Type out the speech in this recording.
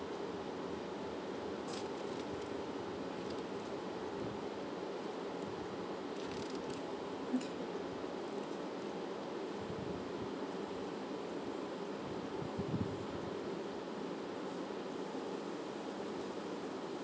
okay